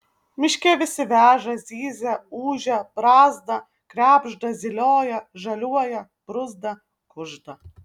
miške visi veža zyzia ūžia brazda krebžda zylioja žaliuoja bruzda kužda